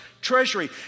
treasury